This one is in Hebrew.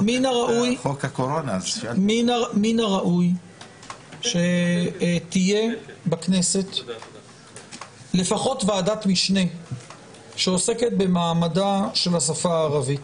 שמן הראוי שתהיה בכנסת לפחות ועדת משנה שעוסקת במעמד השפה הערבית.